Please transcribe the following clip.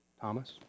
Thomas